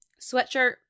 sweatshirt